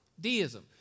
Deism